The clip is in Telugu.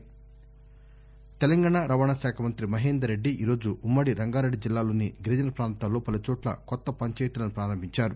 యాడ్ పంచాయతీలు తెలంగాణ రవాణాశాఖ మంతి మహేందర్ రెడ్డి ఈరోజు ఉమ్మడి రంగారెడ్డి జిల్లాలోని గిరిజన ప్రాంతాల్లో పలుచోట్ల కొత్త పంచాయతీలను ప్రారంభించారు